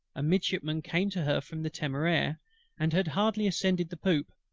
a midshipman came to her from the temeraire and had hardly ascended the poop,